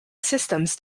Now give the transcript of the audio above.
systems